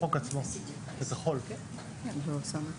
עבודת